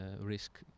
risk